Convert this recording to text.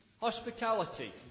Hospitality